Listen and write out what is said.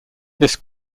this